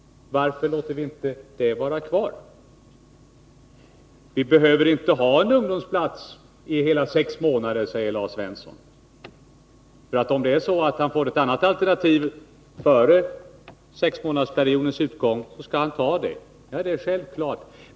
Varför inte låta det vara kvar? Man behöver inte ha en ungdomsplats i hela sex månader, säger Lars Svensson vidare. Om ungdomen i fråga får ett annat alternativ före sexmånadersperiodens utgång, skall han ta det. Ja, detta är självklart.